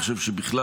אני חושב שבכלל,